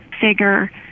figure